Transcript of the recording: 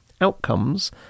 outcomes